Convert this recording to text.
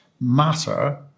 matter